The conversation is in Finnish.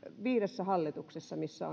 viidessä hallituksessani missä